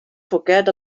forget